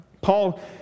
Paul